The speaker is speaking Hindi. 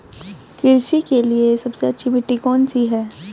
कृषि के लिए सबसे अच्छी मिट्टी कौन सी है?